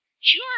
Sure